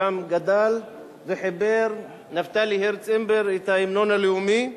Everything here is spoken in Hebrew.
שם גדל וחיבר נפתלי הרץ אימבר את ההמנון הלאומי,